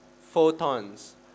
photons